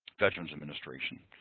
veterans administration.